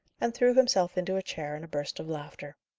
and threw himself into a chair in a burst of laughter.